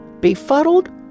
Befuddled